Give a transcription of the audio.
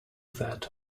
that